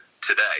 today